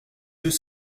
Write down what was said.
deux